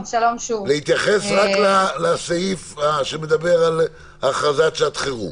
להתייחס רק לסעיף שמדבר על הכרזת שעת חירום.